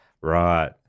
Right